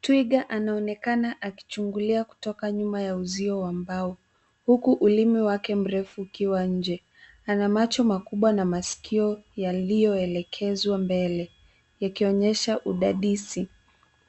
Twiga anaonekana akichungulia kutoka nyuma ya uzio wa mbao, huku ulimi wake mrefu ukiwa nje. Ana macho makubwa na masikio yaliyoelekezwa mbele, ikionyesha udadisi.